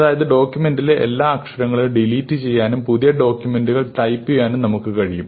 അതായത് ഡോക്യൂമെന്റിലെ എല്ലാ അക്ഷരങ്ങളും ഡിലീറ്റ് ചെയ്യാനും പുതിയ ഡോക്യൂമെന്റുകൾ ടൈപ്പുചെയ്യാനും നമുക്ക് കഴിയും